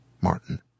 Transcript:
Martin